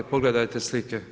Pogledajte slike.